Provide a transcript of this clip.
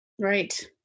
Right